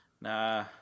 Nah